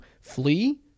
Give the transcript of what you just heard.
flee